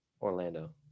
Orlando